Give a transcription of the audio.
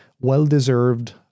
well-deserved